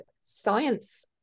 science